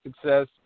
success